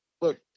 Look